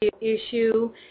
issue